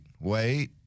wait